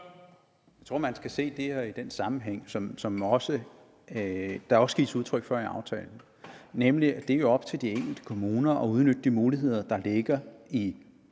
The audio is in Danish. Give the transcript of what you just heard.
Jeg tror, at man skal se det her i den sammenhæng, som der også gives udtryk for i aftalen, nemlig at det jo er op til de enkelte kommuner at udnytte de muligheder, der ligger i